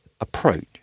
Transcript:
approach